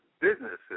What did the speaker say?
businesses